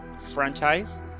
franchise